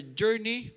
journey